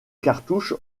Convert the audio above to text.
cartouches